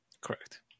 Correct